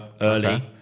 early